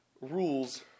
rules